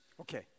okay